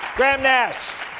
graham nash.